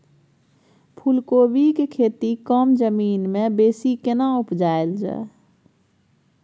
फूलकोबी के खेती कम जमीन मे बेसी केना उपजायल जाय?